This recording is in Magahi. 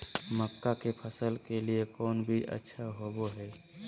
मक्का के फसल के लिए कौन बीज अच्छा होबो हाय?